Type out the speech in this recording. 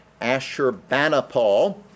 Ashurbanipal